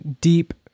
deep